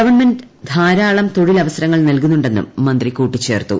government ധാരാളം തൊഴിലവസരങ്ങൾ നൽകുന്നുണ്ടെന്നും മന്ത്രി കൂട്ടിച്ചേർത്തു